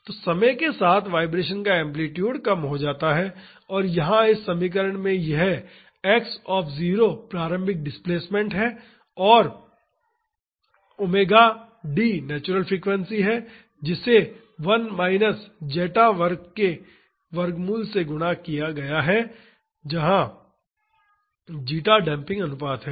तो समय के साथ वाइब्रेशन का एम्पलीटूड कम हो जाता है और यहाँ इस समीकरण में यह x प्रारंभिक डिस्प्लेसमेंट है और ⍵D नेचुरल फ्रीक्वेंसी है जिसे 1 माइनस ज़ेटा वर्ग के वर्गमूल से गुणा किया जाता है जहाँ जीटा डेम्पिंग अनुपात है